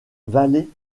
vallée